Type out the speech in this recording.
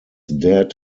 dead